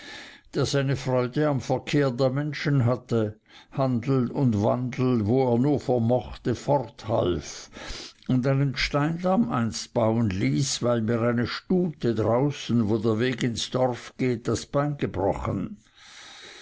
der seine freude am verkehr der menschen hatte handel und wandel wo er nur vermochte forthalf und einen steindamm einst bauen ließ weil mir eine stute draußen wo der weg ins dorf geht das bein gebrochen